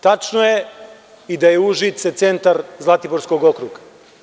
Tačno je i da je Užice centar Zlatiborskog okruga.